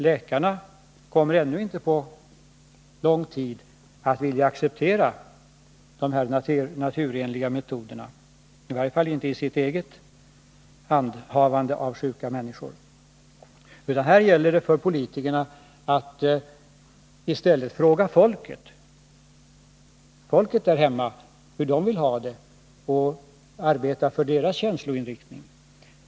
Läkarna kommer ännu inte på lång tid att vilja acceptera de här naturenliga metoderna, i varje fall inte i sitt eget handhavande av sjuka människor. Här gäller det för politikerna att i stället fråga folket där hemma hur de vill ha det och arbeta för deras känsloinriktning.